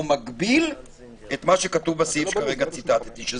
מגביל את מה שכתוב בסעיף שציטטתי כרגע,